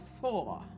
four